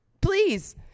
please